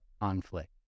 conflict